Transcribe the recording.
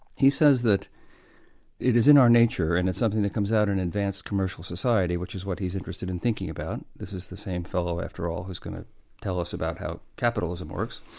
he says that it is in our nature and it's something that comes out in advanced commercial society, which is what he's interested in thinking about this is the same fellow, after all, who's going to tell us about how capitalism works.